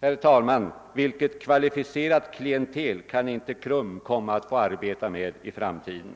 Herr talman! Viiket kvalificerat klientel kan inte KRUM komma att få arbeta med i framtiden!